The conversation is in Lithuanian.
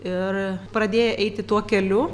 ir pradėję eiti tuo keliu